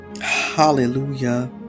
Hallelujah